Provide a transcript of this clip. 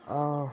ହଁ